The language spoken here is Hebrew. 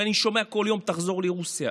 ואני שומע כל יום "תחזור לרוסיה".